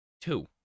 Two